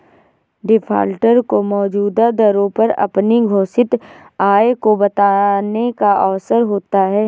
defaulter को मौजूदा दरों पर अपनी अघोषित आय को बताने का अवसर होता है